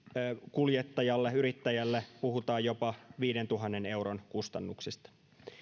kuljettajalle yrittäjälle puhutaan jopa viidentuhannen euron kustannuksista